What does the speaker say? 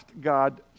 God